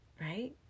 right